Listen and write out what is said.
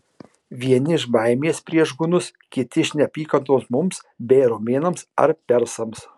vieni iš baimės prieš hunus kiti iš neapykantos mums bei romėnams ar persams